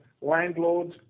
landlords